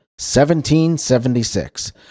1776